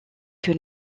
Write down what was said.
que